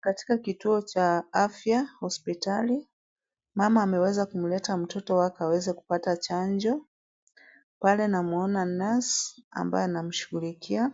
Katika kituo cha afya hospitali, mama ameweza kumleta mtoto wake aweze kupata chanjo. Pale namwona nurse ambaye anamshughulikia